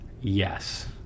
Yes